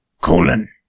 colon